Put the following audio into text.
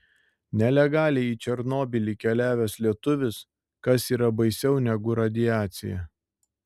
nelegaliai į černobylį keliavęs lietuvis kas yra baisiau negu radiacija